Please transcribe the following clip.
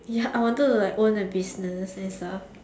ya I wanted to like own a business and stuff